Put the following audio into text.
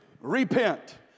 repent